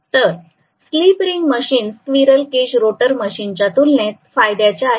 तर slip ring machine squirrel cage rotor मशीनच्या तुलनेत फायद्याच्या आहेत